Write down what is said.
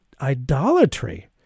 idolatry